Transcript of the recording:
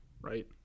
right